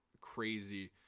crazy